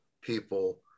people